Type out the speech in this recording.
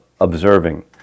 observing